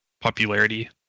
popularity